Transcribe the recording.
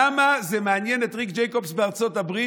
למה זה מעניין את ריק ג'ייקובס בארצות הברית,